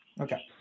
Okay